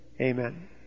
Amen